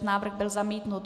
Návrh byl zamítnut.